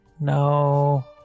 No